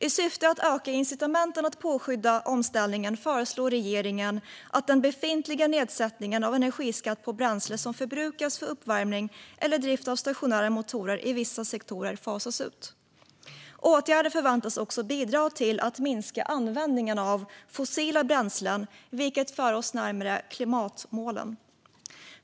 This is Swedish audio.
I syfte att öka incitamenten att påskynda omställningen föreslår regeringen att den befintliga nedsättningen av energiskatt på bränsle som förbrukas för uppvärmning eller drift av stationära motorer i vissa sektorer fasas ut. Åtgärden förväntas också bidra till att minska användningen av fossila bränslen, vilket för oss närmare klimatmålen.